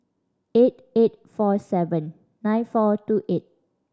eight eight four seven nine four two eight